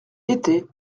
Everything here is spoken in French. été